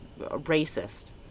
racist